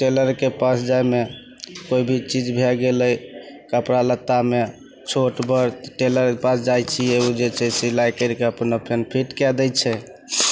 टेलरके पास जाइमे कोइ भी चीज भै गेलै कपड़ा लत्तामे छोट बड़ टेलरके पास जाइ छिए ओ जे छै सिलाइ करिके अपन फेर फिट कै दै छै